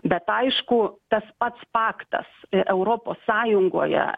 bet aišku tas pats paktas europos sąjungoje